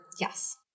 yes